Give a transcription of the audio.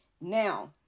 Now